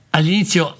All'inizio